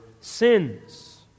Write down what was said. sins